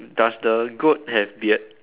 does the goat have beard